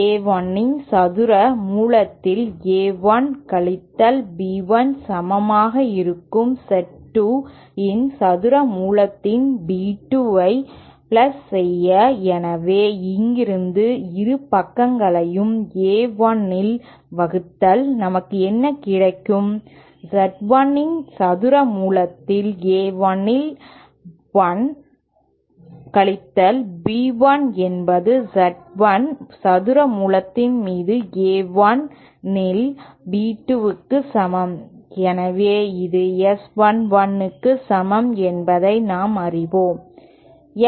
Z 1 இன் சதுர மூலத்தில் A 1 கழித்தல் B 1 சமமாக இருக்கும் இசட் 2 இன் சதுர மூலத்தில் பி 2 ஐ பிளஸ் செய்ய எனவே இங்கிருந்து இரு பக்கங்களையும் A 1 ஆல் வகுத்தால் நமக்கு என்ன கிடைக்கும் Z 1 இன் சதுர மூலத்தில் A 1 இல் 1 கழித்தல் B 1 என்பது Z 1 சதுர மூலத்தின் மீது A 1 இல் B 2 க்கு சமம் எனவே இது S 1 1 க்கு சமம் என்பதை நாம் அறிவோம்